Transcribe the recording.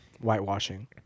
Whitewashing